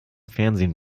fernsehen